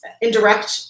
indirect